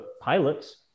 pilots